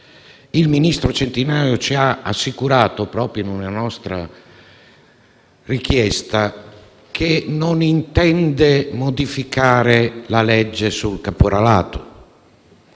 Il ministro Centinaio ci ha assicurato, proprio in seguito ad una nostra richiesta, che non intende modificare la legge sul caporalato,